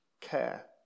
care